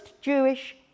Jewish